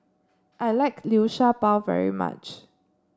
I like Liu Sha Bao very much